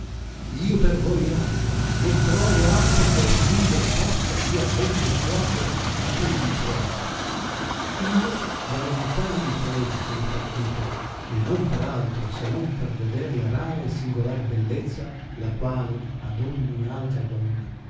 io per voi ardo né trovo acqua che estinguer possa si ardente fuoco in cui mi trovo io da lontani paesi sono partito e non per altro se non per veder la rara e singoiar bellezza la quale ad ogni altra donna